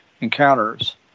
encounters